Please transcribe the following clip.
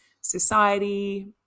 society